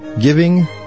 giving